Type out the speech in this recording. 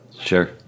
sure